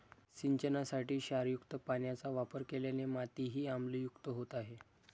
सिंचनासाठी क्षारयुक्त पाण्याचा वापर केल्याने मातीही आम्लयुक्त होत आहे